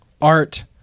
art